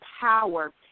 power